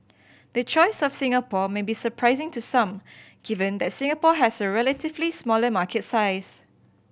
the choice of Singapore may be surprising to some given that Singapore has a relatively smaller market size